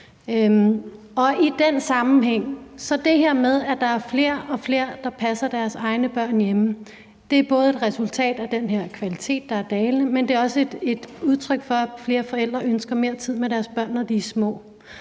på kommunalt niveau. Det her med, at der er flere og flere, der passer deres egne børn hjemme, er i den her sammenhæng både et resultat af, at kvaliteten er dalende, men det er også et udtryk for, at flere forældre ønsker mere tid med deres børn, når de er små.